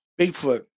Bigfoot